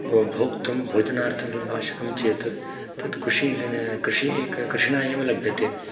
भोक्तुं भोजनार्थं किम् आवश्यकं चेत् तत् कृषिणा एव लभ्यते